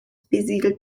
besiedelt